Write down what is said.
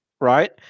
right